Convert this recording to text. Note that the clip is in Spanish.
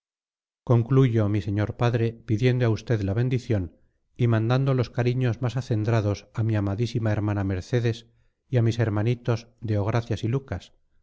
concluyo mi señor padre pidiendo a usted la bendición y mandando los cariños más acendrados a mi amadísima hermana mercedes y a mis hermanitos deogracias y lucas